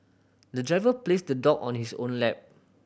the driver placed the dog on his own lap